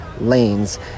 lanes